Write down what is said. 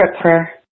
prayer